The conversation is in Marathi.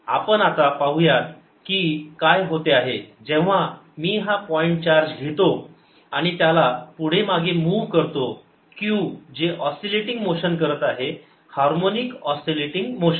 आपण आता पाहुयात की काय होते जेव्हा मी पॉईंट चार्ज घेतो आणि त्याला पुढेमागे मूव्ह करतो q जे ऑस्सिलेटिंग मोशन करत आहे हार्मोनिक ऑस्सिलेटिंग मोशन